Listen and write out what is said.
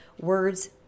words